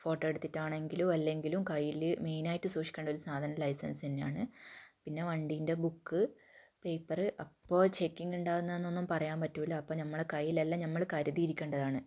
photo എടുത്തിട്ടാണെങ്കിലും അല്ലെങ്കിലും കൈയ്യിൽ മെയിനായിട്ട് സൂക്ഷിക്കേണ്ട ഒരു സാധനം ലൈസൻസ് തന്നെയാണ് പിന്നെ വണ്ടീൻ്റെ ബുക്ക് പേപ്പർ എപ്പോൾ ചെക്കിങ് ഉണ്ടാകുന്നതെന്നൊന്നും പറയാൻ പറ്റില്ല അപ്പോൾ ഞമ്മടെ കൈയ്യിലെല്ലാം ഞമ്മൾ കരുതി ഇരിക്കേണ്ടതാണ്